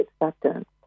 Acceptance